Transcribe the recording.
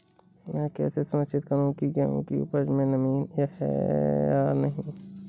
मैं कैसे सुनिश्चित करूँ की गेहूँ की उपज में नमी है या नहीं?